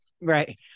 right